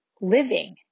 living